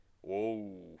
Whoa